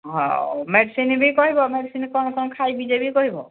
ହଉ ମେଡିସିନ୍ ବି କହିବ ମେଡିସିନ୍ କ'ଣ କ'ଣ ଖାଇବି ସେ ବି କହିବ